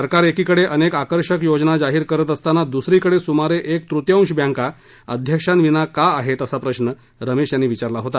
सरकार एकीकडे अनेक आकर्षक योजना जाहीर करत असताना दसरीकडे सुमारे एक तृतियांश बैंका अध्यक्षांविना का आहेत असा प्रश्न रमेश यांनी विचारला होता